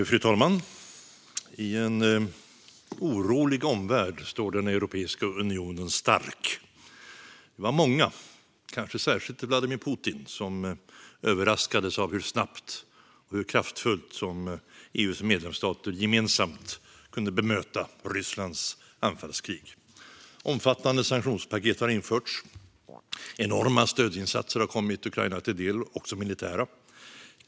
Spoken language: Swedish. Fru talman! I en orolig omvärld står Europeiska unionen stark. Det var många, kanske särskilt Vladimir Putin, som överraskades av hur snabbt och kraftfullt EU:s medlemsstater gemensamt kunde bemöta Rysslands anfallskrig. Omfattande sanktionspaket har införts. Enorma stödinsatser - också militära sådana - har kommit Ukraina till del.